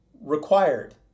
Required